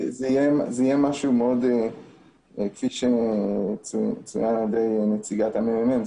כפי שציינה נציגת הממ"מ,